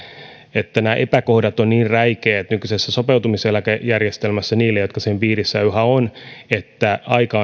nämä epäkohdat ovat niin räikeät nykyisessä sopeutumiseläkejärjestelmässä niille jotka sen piirissä yhä ovat että aika